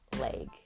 leg